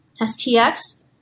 STX